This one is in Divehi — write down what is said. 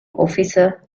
އޮފިސަރ